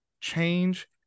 change